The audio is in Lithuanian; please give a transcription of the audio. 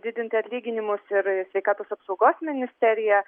didinti atlyginimus ir sveikatos apsaugos ministerija